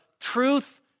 truth